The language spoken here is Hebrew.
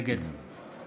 נגד